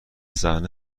صحنه